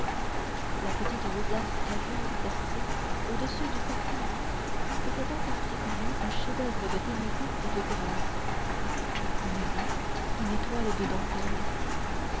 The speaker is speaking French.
la petite rosace à jour percée au-dessus du portail était en particulier un chef-d'oeuvre de ténuité et de grâce on eût dit une étoile de dentelle